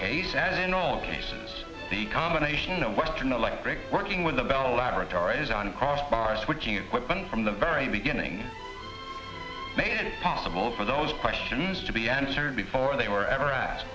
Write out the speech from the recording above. case and in all cases the combination of western electric working with the bell laboratories on cross bar switching equipment from the very beginning made it possible for those questions to be answered before they were ever asked